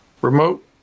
remote